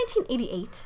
1988